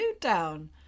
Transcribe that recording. down